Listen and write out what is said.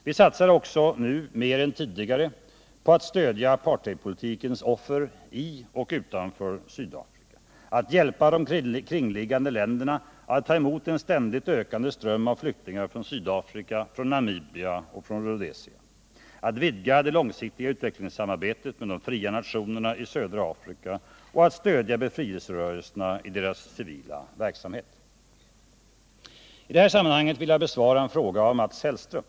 Vi satsar också nu mer än tidigare på — att stödja apartheidpolitikens offer i och utanför Sydafrika, — att hjälpa de kringliggande länderna att ta emot en ständigt ökande ström av flyktingar från Sydafrika, Namibia och Rhodesia, — att vidga det långsiktiga utvecklingssamarbetet med de fria nationerna i södra Afrika och — att stödja befrielserörelserna i deras civila verksamhet. I det här sammanhanget vill jag besvara en fråga av Mats Hellström.